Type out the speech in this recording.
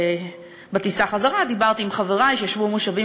ובטיסה דיברתי קצת עם חברי שישבו במושבים